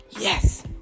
yes